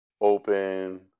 open